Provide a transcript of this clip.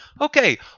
Okay